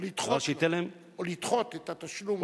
או לדחות את התשלום.